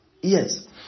Yes